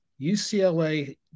UCLA